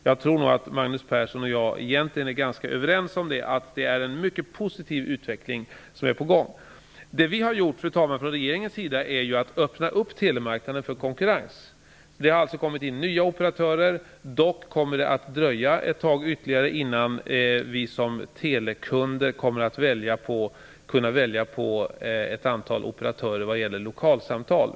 Jag tror att Magnus Persson och jag egentligen är ganska överens om att en mycket positiv utveckling nu är på gång. Det vi har gjort, fru talman, från regeringens sida är att öppna telemarknaden för konkurrens. Det har alltså kommit in nya operatörer. Dock kommer det att dröja ytterligare innan vi som telekunder kommer att kunna välja på ett antal operatörer vad gäller lokalsamtal.